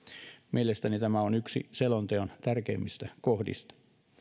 mielestäni tämä on yksi selonteon tärkeimmistä kohdista